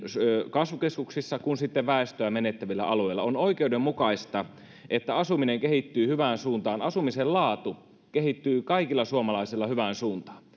kasvukeskuksissa kuin myös väestöä menettävillä alueilla on oikeudenmukaista että asuminen kehittyy hyvään suuntaan asumisen laatu kehittyy kaikilla suomalaisilla hyvään suuntaan